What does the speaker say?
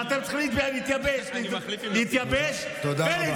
ואתם צריכים להתייבש ולהתבייש.